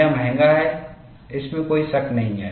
यह महंगा है इसमें कोई शक नहीं है